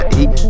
eat